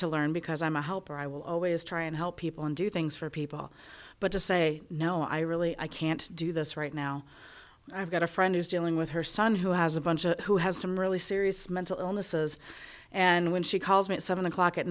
to learn because i'm a helper i will always try and help people and do things for people but to say no i really i can't do this right now i've got a friend who's dealing with her son who has a bunch of who has some really serious mental illnesses and when she calls me at seven o'clock at